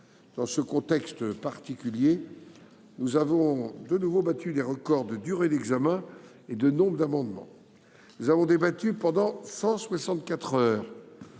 Dans ce contexte particulier, nous avons de nouveau battu des records de durée d’examen et de nombre d’amendements. Nous avons débattu pendant 164 heures,